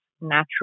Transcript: natural